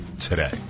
today